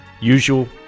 Usual